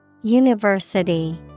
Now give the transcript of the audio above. University